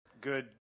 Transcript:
good